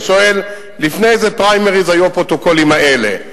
אני שואל לפני איזה פריימריס היו הפרוטוקולים האלה,